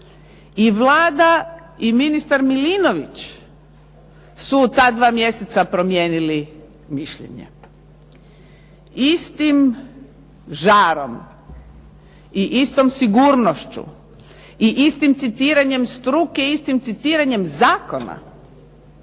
I Vlada i ministar Milinović su u ta dva mjeseca promijenili mišljenje. Istim žarom i istom sigurnošću i istim citiranjem struke, istim citiranjem zakona